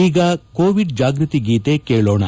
ಈಗ ಕೋವಿಡ್ ಜಾಗ್ಪತಿ ಗೀತೆ ಕೇಳೋಣ